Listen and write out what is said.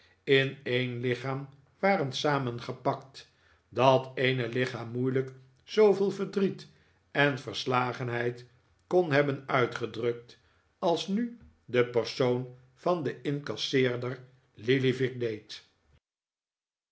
in een lichaam waren samengepakt dat eene lichaam moeilijk zooveel verdriet en verslagenheid kon hebben uitgedrukt als nu de persoon van den incasseerder lillyvick deed